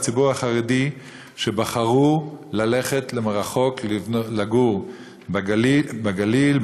הציבור החרדי שבחרו ללכת רחוק לגור בגליל,